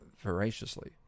Voraciously